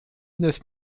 neuf